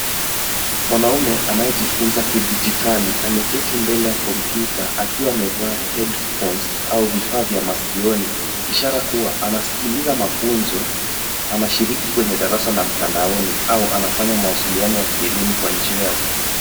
Mwanaume anayejifunza kidigitali ameketi mbele ya computer akiwa amevaa headphones au vifaa vya maskioni, ishara kuwa anasikiliza mafunzo, anashiriki kwenye darasa la mtandaoni au anafanya mawasiliano ya kielimu kwa njia ya.